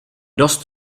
dost